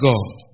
God